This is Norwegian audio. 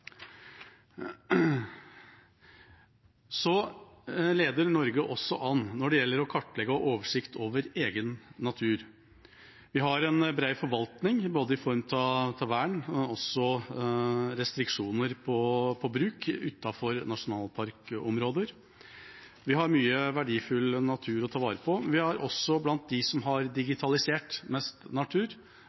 leder også an når det gjelder å kartlegge og ha oversikt over egen natur. Vi har en bred forvaltning i form av både vern og restriksjoner på bruk utenfor nasjonalparkområder. Vi har mye verdifull natur å ta vare på. Vi er også blant dem som har digitalisert mest natur,